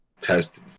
test